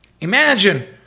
Imagine